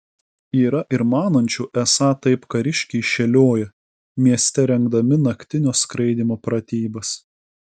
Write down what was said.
yra ir manančių esą taip kariškiai šėlioja mieste rengdami naktinio skraidymo pratybas